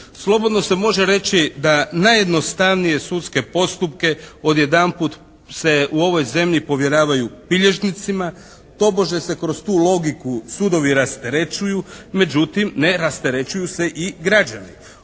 Slobodno se može reći da najjednostavnije sudske postupke odjedanput se u ovoj zemlji povjeravaju bilježnicima, tobože se kroz tu logiku sudovi rasterećuju. Međutim, ne rasterećuju se i građani.